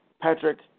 Patrick